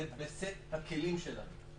זה בסט הכלים שלנו.